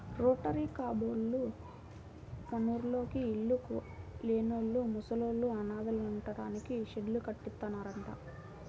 rotary కబ్బోళ్ళు మనూర్లోని ఇళ్ళు లేనోళ్ళు, ముసలోళ్ళు, అనాథలుంటానికి షెడ్డు కట్టిత్తన్నారంట